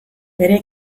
bere